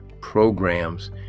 programs